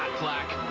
plaque!